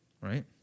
right